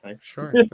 Sure